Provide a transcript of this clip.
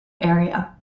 area